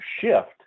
shift